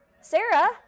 Sarah